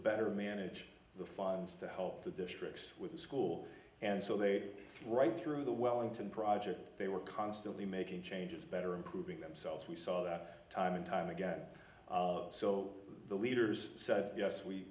better manage the funds to help the districts with the school and so they right through the wellington project they were constantly making changes better improving themselves we saw that time and time again so the leaders said yes we